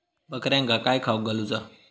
बकऱ्यांका काय खावक घालूचा?